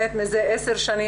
מזה עשר שנים,